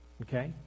Okay